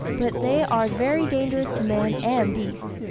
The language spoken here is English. but they are very dangerous to man and beast.